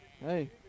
Hey